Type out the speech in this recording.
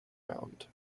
mound